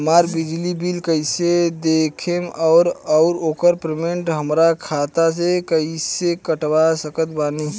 हमार बिजली बिल कईसे देखेमऔर आउर ओकर पेमेंट हमरा खाता से कईसे कटवा सकत बानी?